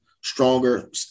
stronger